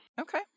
okay